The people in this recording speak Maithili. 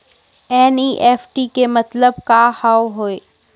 एन.ई.एफ.टी के मतलब का होव हेय?